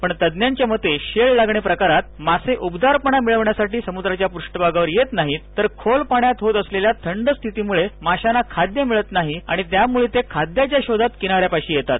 पण तज्ज्ञांच्या मते शेळ लागणे प्रकारात मासे उबदारपणा मिळविण्यासाठी सम्द्राच्या पृष्ठभागावर येत नाहीत तर खोल पाण्यात होत असलेल्या थंड स्थितीमुळं माशांना खाद्य मिळत नाही आणि त्यामुळे ते खाद्याच्या शोधात किनाऱ्यापाशी येतात